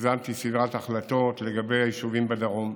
יזמתי סדרת החלטות לגבי היישובים בדרום,